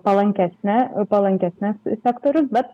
palankesnę palankesnes sektorius bet